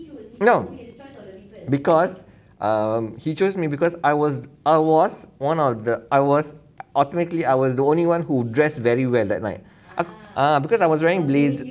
no because um he chose me because I was I was one of the I was ultimately I was the only one who dressed very well that night aku ah because I was wearing blazer